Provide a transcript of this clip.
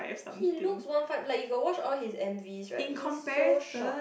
he looks one five like you got watch all his M_Vs right he's so short